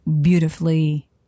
beautifully